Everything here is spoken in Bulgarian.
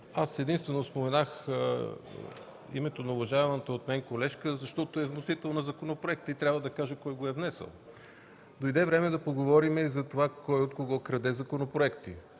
Аз единствено споменах името на уважаваната от мен колежка, защото е вносител на законопроекта и трябва да кажа кой го е внесъл. Дойде време да поговорим и за това кой от кого краде законопроекти.